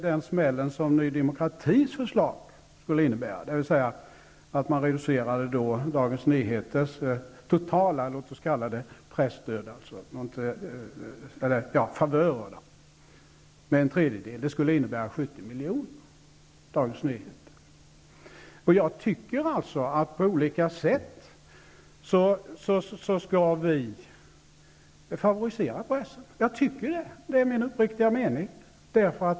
Den smäll som Ny demokratis förslag skulle innebära, dvs. att man reducerade Dagens Nyheters totala presstöd eller favörer med en tredjedel, skulle innebära 70 miljoner för tidningen. Jag tycker att vi skall favorisera pressen på olika sätt. Det är min uppriktiga mening.